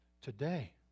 today